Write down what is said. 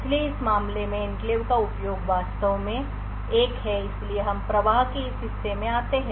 इसलिए इस मामले में एन्क्लेव का उपयोग वास्तव में 1 है इसलिए हम प्रवाह के इस हिस्से में आते हैं